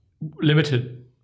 Limited